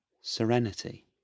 serenity